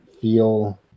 feel